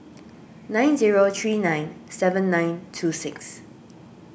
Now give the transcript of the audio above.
nine zero three nine seven nine two six